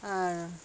আর